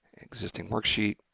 excisting worksheet,